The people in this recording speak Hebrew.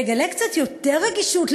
יגלה קצת יותר רגישות,